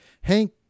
Hank